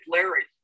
Larry